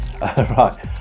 Right